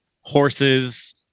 horses